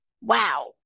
wow